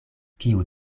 kiu